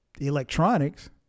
electronics